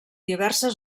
diverses